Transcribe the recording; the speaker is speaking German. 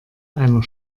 einer